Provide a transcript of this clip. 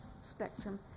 spectrum